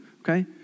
okay